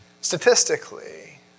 Statistically